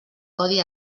codi